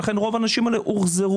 ולכן רוב האנשים האלה הוחזרו.